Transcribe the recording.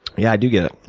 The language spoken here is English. yeah, i do get it.